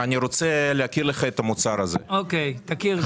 אני רוצה להכיר לך את המוצר הזה: חלב